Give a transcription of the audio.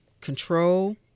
control